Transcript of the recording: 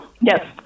Yes